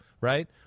right